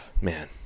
Man